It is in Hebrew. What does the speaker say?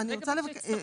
נציג